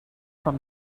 from